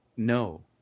No